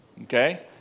okay